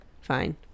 fine